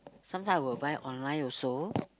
sometime I will buy online also